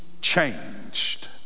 changed